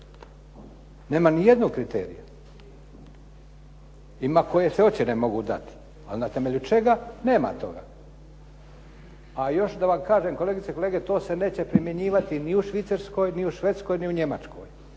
Nema niti jednog kriterija. Ima koje se ocjene mogu dati, ali na temelju čega nema toga. A i još da vam kažem kolegice i kolege to se neće primjenjivati ni u Švicarskoj, ni u Švedskoj ni u Njemačkoj.